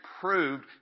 proved